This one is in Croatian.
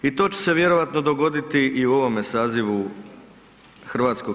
I to će se vjerojatno dogoditi i u ovome sazivu HS.